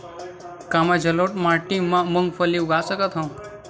का मैं जलोढ़ माटी म मूंगफली उगा सकत हंव?